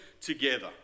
together